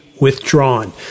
withdrawn